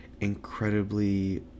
incredibly